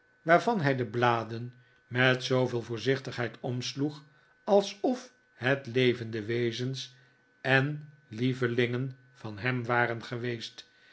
waarvan hij de bladen met zooveel voorzichtigheid omsloeg alsof het levende wezens en lievelingen van hem waren geweest